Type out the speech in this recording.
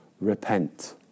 repent